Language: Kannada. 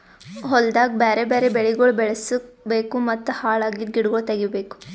ಹೊಲ್ದಾಗ್ ಬ್ಯಾರೆ ಬ್ಯಾರೆ ಬೆಳಿಗೊಳ್ ಬೆಳುಸ್ ಬೇಕೂ ಮತ್ತ ಹಾಳ್ ಅಗಿದ್ ಗಿಡಗೊಳ್ ತೆಗಿಬೇಕು